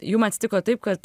jum atsitiko taip kad